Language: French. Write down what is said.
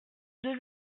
deux